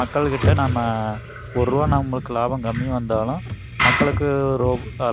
மக்கள்கிட்ட நம்ம ஒருரூவா நம்மளுக்கு லாபம் கம்மியாக வந்தாலும் மக்களுக்கு ரோ